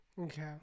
Okay